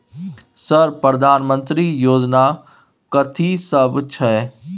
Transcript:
Sir प्रधानमंत्री योजना कथि सब छै?